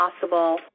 possible